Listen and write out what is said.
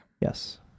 Yes